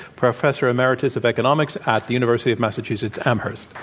professor emeritus of economics at the university of massachusetts amherst.